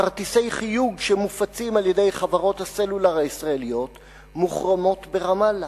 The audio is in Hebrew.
כרטיסי חיוג שמופצים על-ידי חברות הסלולר הישראליות מוחרמים ברמאללה,